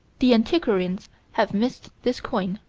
the antiquarians have missed this coin.